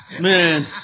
Man